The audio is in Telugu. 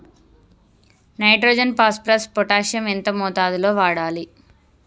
నైట్రోజన్ ఫాస్ఫరస్ పొటాషియం ఎంత మోతాదు లో వాడాలి?